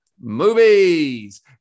Movies